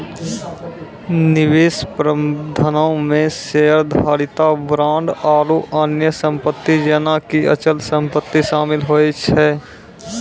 निवेश प्रबंधनो मे शेयरधारिता, बांड आरु अन्य सम्पति जेना कि अचल सम्पति शामिल होय छै